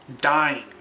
...dying